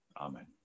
Amen